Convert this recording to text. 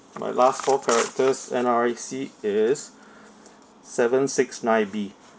my last four characters N_R_I_C is seven six nine B